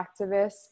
activists